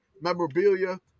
memorabilia